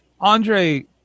Andre